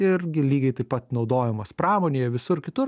ir gi lygiai taip pat naudojamas pramonėje visur kitur